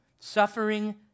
Suffering